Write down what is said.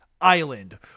island